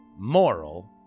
Moral